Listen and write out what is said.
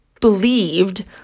believed